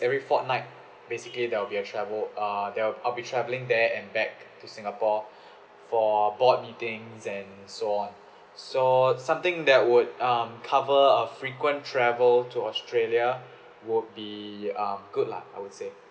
every fortnight basically there will be a travel err there'll I'll be travelling there and back to singapore for board meetings and so on so something that would um cover uh frequent travel to australia would be um good lah I would say